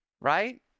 right